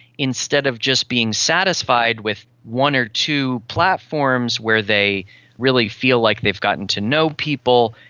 instead of just being satisfied with one or two platforms where they really feel like they've gotten to know people,